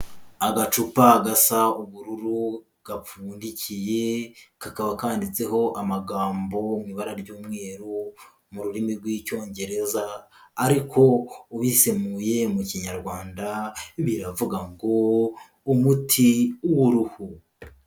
Agacupa gasa ubururu gapfundikiye kakaba kanditseho amagambo mu ibara ry'umweru mu rurimi rw'icyongereza, ariko ubisemuye mu kinyarwanda biravuga ngo umuti w'uruhu.